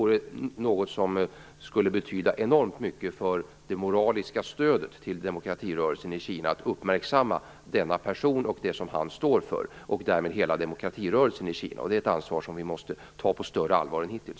Det skulle betyda enormt mycket för det moraliska stödet till demokratirörelsen i Kina att uppmärksamma denna person och det som han står för. Det är ett ansvar som vi måste ta på större ansvar än vad vi har gjort hittills.